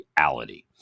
reality